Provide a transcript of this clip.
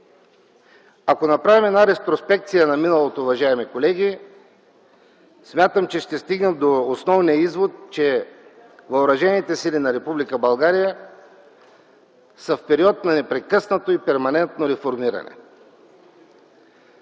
Ако направим една ретроспекция на миналото, уважаеми колеги, смятам, че ще стигнем до основния извод, че въоръжените сили на Република България са в период на непрекъснато и перманентно реформиране.